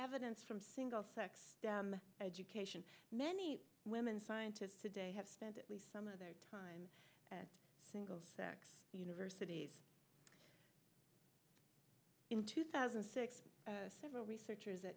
evidence from single sex education many women scientists today have spent at least some of their time at single sex universities in two thousand and six several researchers at